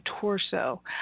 torso